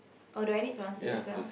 or do I need to answer as well